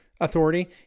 authority